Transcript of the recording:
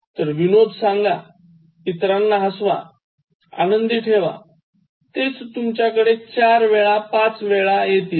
तर विनोद सांगा इतरांना हसवा आनंदी करा तेच तुमच्यकडे चार वेळा पाच वेळा परत येईल